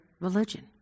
religion